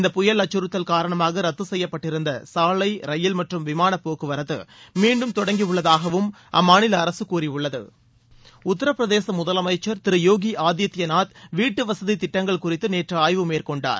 இந்த புயல் அச்சுறுத்தல் காரணமாக ரத்து செய்யப்பட்டிருந்த சாலை ரயில் மற்றும் விமான போக்குவரத்து மீண்டும் தொடங்கியுள்ளதாகவும் அம்மாநில அரசு கூறியுள்ளது உத்தரப்பிரதேச முதலமைச்சர் திரு யோகி ஆதித்யநாத் வீட்டுவசதித் திட்டங்கள் குறித்து நேற்று ஆய்வு மேற்கொண்டார்